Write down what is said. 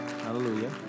Hallelujah